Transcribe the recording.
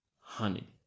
honey